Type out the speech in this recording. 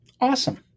Awesome